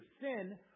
sin